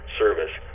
service